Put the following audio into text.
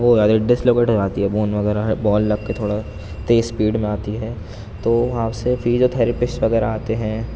وہ ہو جاتی ہے ڈسلوکیٹ ہو جاتی ہے بون وغیرہ بال لگ کے تھوڑا اتی اسپیڈ میں آتی ہے تو وہاں سے فزیوتھیراپسٹ وغیرہ آتے ہیں